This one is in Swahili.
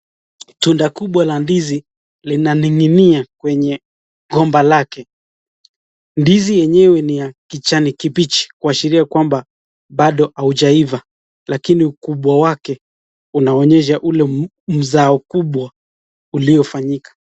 Tunda kubwa la ndizi linaning'inia kwenye gomba lake. Ndizi yenyewe ni ya kijani kibichi kuashiria kwamba bado haujaiva lakini ukubwa wake unaonyesha ule mzao kubwa uliofanyika.